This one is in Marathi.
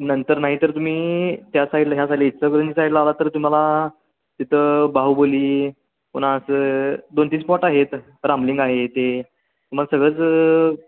नंतर नाही तर तुम्ही त्या साईडला ह्या साईडला इचलकरंजी साईडला आला तर तुम्हाला तिथं बाहुबली पुन्हा असं दोन तीन स्पॉट आहेत रामलिंग आहे ते तुम्हाला सगळंच